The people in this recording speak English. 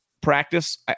practice